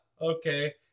okay